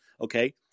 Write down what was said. Okay